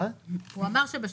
ערב